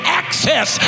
access